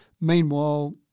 Meanwhile